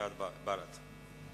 מסיעת בל"ד.